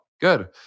Good